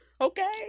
Okay